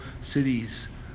cities